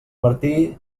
martí